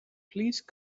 please